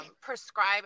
prescribe